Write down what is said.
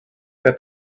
that